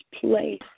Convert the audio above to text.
place